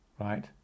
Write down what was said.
right